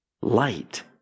light